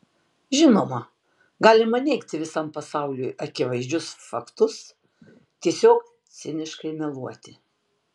žinoma galima neigti visam pasauliui akivaizdžius faktus tiesiog ciniškai meluoti